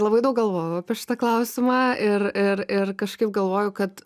labai daug galvojau apie šitą klausimą ir ir ir kažkaip galvoju kad